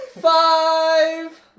Five